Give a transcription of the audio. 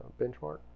benchmark